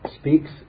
speaks